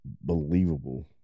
Believable